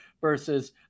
versus